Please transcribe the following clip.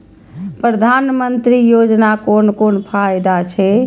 प्रधानमंत्री योजना कोन कोन फायदा छै?